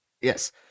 yes